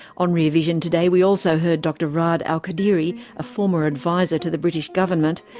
on rear vision today we also heard dr raad alkadiri, a former advisor to the british government,